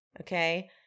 Okay